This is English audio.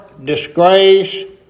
disgrace